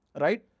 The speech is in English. right